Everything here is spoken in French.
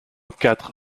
quatre